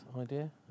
idea